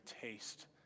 taste